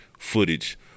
footage